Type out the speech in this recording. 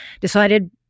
decided